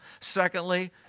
Secondly